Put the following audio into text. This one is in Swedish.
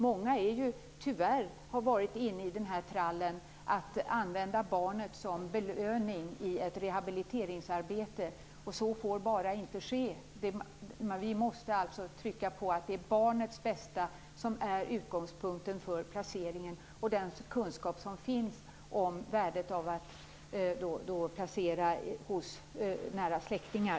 Många har ju tyvärr varit inne i trallen att använda barnet som belöning i ett rehabiliteringsarbete, och så får bara inte ske. Vi måste trycka på att det är barnets bästa som skall vara utgångspunkt för placeringen och lyfta fram den kunskap som finns om värdet av att placera barnet hos nära släktingar.